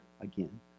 again